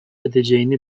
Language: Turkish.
edeceğini